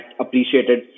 appreciated